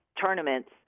tournaments